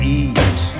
eat